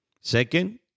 Second